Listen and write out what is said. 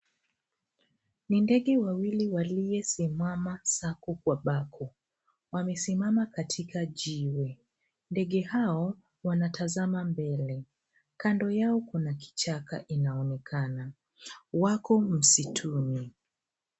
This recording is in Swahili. Ni ndege wawili waliosimama sako kwa bako. Wamesimama katika jiwe. Ndege hao wanatazama mbele. Kando yao kuna kichaka inaonekana. Wako msituni.